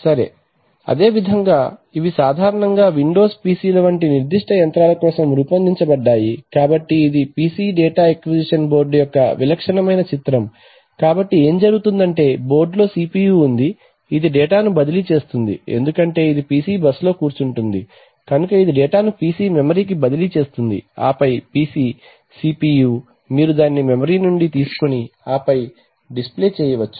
సరే అదేవిధంగా ఇవి సాధారణంగా విండోస్ PC ల వంటి నిర్దిష్ట యంత్రాల కోసం రూపొందించబడ్డాయి కాబట్టి ఇది PC డేటా అక్విజిషన్ బోర్డు యొక్క విలక్షణమైన చిత్రం కాబట్టి ఏమి జరుగుతుందంటే బోర్డులో CPU ఉంది ఇది డేటాను బదిలీ చేస్తుంది ఎందుకంటే ఇది PC బస్ లో కూర్చుంటుంది కనుక ఇది డేటాను PC మెమరీకి బదిలీ చేస్తుంది ఆపై PC CPU మీరు దానిని మెమరీ నుండి తీసుకొని ఆపై డిస్ప్లే చేయవచ్చు